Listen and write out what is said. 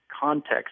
context